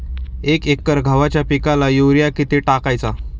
एक एकर गव्हाच्या पिकाला युरिया किती टाकायचा?